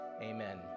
Amen